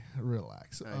Relax